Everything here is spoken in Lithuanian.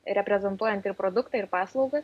reprezentuojant ir produktą ir paslaugas